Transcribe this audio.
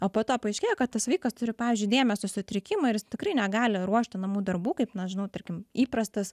o po to paaiškėja kad tas vaikas turi pavyzdžiui dėmesio sutrikimą ir jis tikrai negali ruošti namų darbų kaip na žinau tarkim įprastas